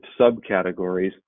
subcategories